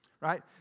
Right